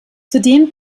zudem